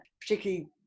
particularly